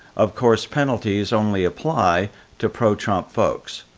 of course, penalties only apply to pro-trump folks.